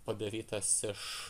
padarytas iš